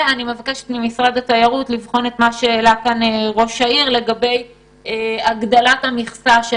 מבקשת ממשרד התיירות לבחון את בקשת ראש העיר להגדלת המכסה של